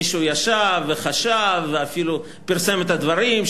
מישהו ישב וחשב ואפילו פרסם את הדברים,